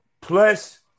Plus